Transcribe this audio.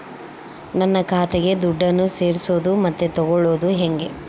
ನನ್ನ ಖಾತೆಗೆ ದುಡ್ಡನ್ನು ಸೇರಿಸೋದು ಮತ್ತೆ ತಗೊಳ್ಳೋದು ಹೇಗೆ?